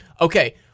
okay